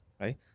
right